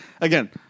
again